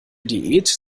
diät